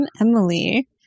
Emily